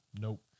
Nope